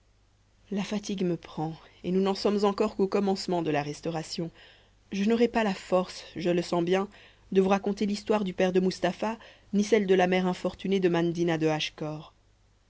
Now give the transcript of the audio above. la fatigue me prend et nous n'en sommes encore qu'au commencement de la restauration je n'aurai pas la force je le sens bien de vous raconter l'histoire du père de mustapha ni celle de la mère infortunée de mandina de